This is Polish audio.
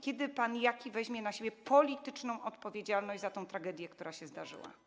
Kiedy pan Jaki weźmie na siebie polityczną odpowiedzialność za tę tragedię, która się zdarzyła?